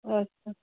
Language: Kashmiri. آچھا